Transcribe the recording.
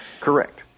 Correct